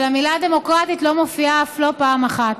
אבל המילה "דמוקרטית" לא מופיעה אף לא פעם אחת.